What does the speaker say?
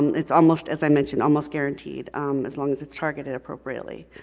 it's almost, as i mentioned, almost guaranteed um as long as it's targeted appropriately.